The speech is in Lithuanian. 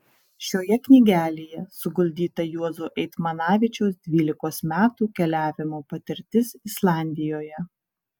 šioje knygelėje suguldyta juozo eitmanavičiaus dvylikos metų keliavimo patirtis islandijoje